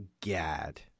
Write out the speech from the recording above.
Gad